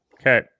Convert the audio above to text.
Okay